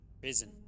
prison